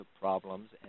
problems